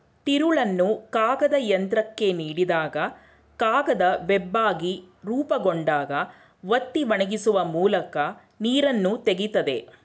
ತಿರುಳನ್ನು ಕಾಗದಯಂತ್ರಕ್ಕೆ ನೀಡಿದಾಗ ಕಾಗದ ವೆಬ್ಬಾಗಿ ರೂಪುಗೊಂಡಾಗ ಒತ್ತಿ ಒಣಗಿಸುವ ಮೂಲಕ ನೀರನ್ನು ತೆಗಿತದೆ